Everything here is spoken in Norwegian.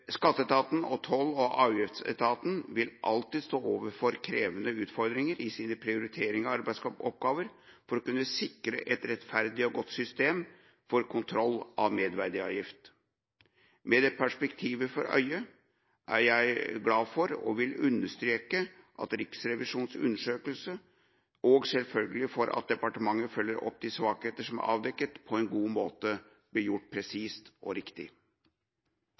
Skatteetaten og toll- og avgiftsetaten vil alltid stå overfor krevende utfordringer i sine prioriteringer av arbeidsoppgaver for å kunne sikre et rettferdig og godt system for kontroll av merverdiavgift. Med det perspektivet for øye er jeg glad for Riksrevisjonens undersøkelse, og selvfølgelig for at departementet følger opp de svakheter som er avdekket – og at dette blir gjort på en god måte, presis og riktig.